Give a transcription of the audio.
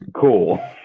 Cool